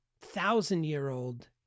thousand-year-old